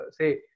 say